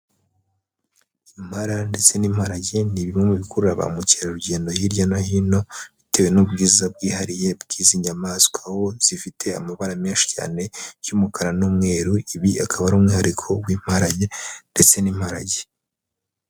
Impara ndetse n'imparage ni bimwe mu bikurura ba mukerarugendo hirya no hino, bitewe n'ubwiza bwihariye bw'izi nyamaswa, aho zifite amabara menshi cyane y'umukara n'umweru, ibi akaba ari umwihariko w'imparage ndetse n'imparage.